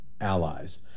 allies